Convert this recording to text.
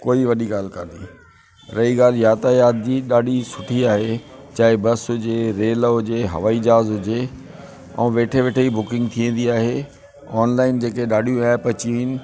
कोइ वॾी ॻाल्हि कोन्हे रही ॻाल्हि यातायात जी ॾाढी सुठी आहे चाहे बसि हुजे रेल हुजे हवाई जहाज़ हुजे ऐं वेठे वेठे ई बुकिंग थी वेंदी आहे ऑनलाइन जेके ॾाढियूं एप अची वियूं आहिनि